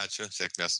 ačiū sėkmės